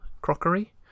crockery